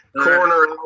corner